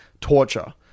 torture